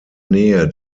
nähe